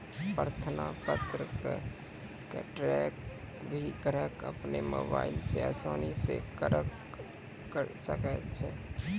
प्रार्थना पत्र क ट्रैक भी ग्राहक अपनो मोबाइल स आसानी स करअ सकै छै